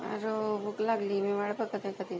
अरं हो भूक लागली मी वाट बघत आहे आता त्याची